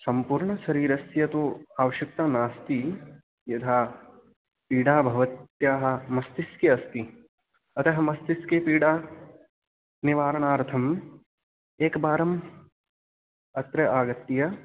सम्पूर्णसरीरस्य तु आवश्यकता नास्ति यदा पीडा भवत्याः मस्तके अस्ति अतः मस्तके पीडानिवारनार्थम् एकवारम् अत्र आगत्य